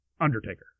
undertaker